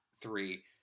three